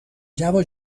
جواد